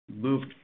moved